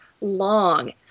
long